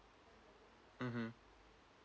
mmhmm